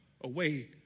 away